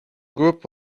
group